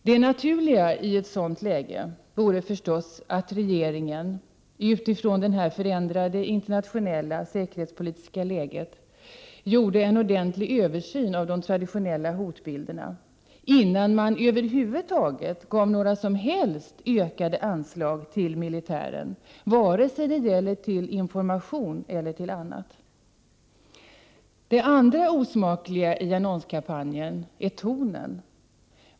Det naturliga i ett sådant läge vore förstås att regeringen, utifrån det förändrade internationella säkerhetspolitiska läget, gjorde en ordentlig översyn av de traditionella hotbilderna, innan den över huvud taget gav några ökade anslag till militiären, vare sig det gäller information eller annat. Det andra osmakliga i annonskampanjen är tonen.